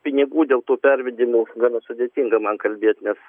pinigų dėl tų pervedimų gana sudėtinga man kalbėti nes